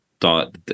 Thought